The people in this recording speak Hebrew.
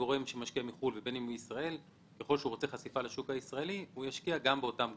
רוצה חשיפה לשוק הישראלי, הוא ישקיע באותם גופים.